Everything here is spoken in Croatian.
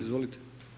Izvolite.